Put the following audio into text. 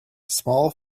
small